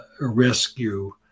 rescue